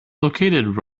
located